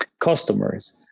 Customers